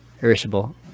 irishable